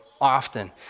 often